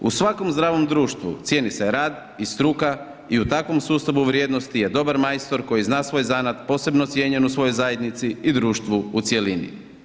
U svakom zdravom društvu cijeni se rad i struka i u takvom sustavu vrijednosti je dobar majstor koji zna svoj zanat, posebno cijenjen u svojoj zajednici i društvu u cjelini.